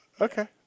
Okay